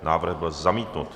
Návrh byl zamítnut.